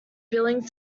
billing